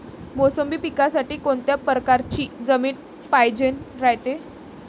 मोसंबी पिकासाठी कोनत्या परकारची जमीन पायजेन रायते?